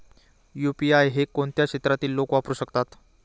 UPI हे कोणत्या क्षेत्रातील लोक वापरू शकतात?